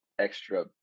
extra